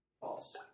false